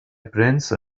prince